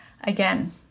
Again